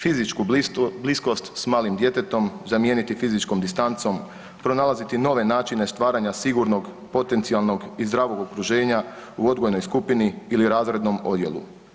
Fizičku bliskost s malim djetetom zamijeniti fizičkom distancom, pronalaziti nove načine stvaranja sigurnog potencionalnog i zdravog okruženja u odgojnoj skupini ili razrednom odjelu.